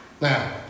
Now